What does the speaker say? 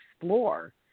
explore